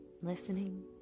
listening